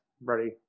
ready